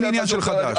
לא קשור, חדש.